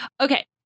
okay